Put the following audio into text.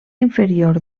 inferior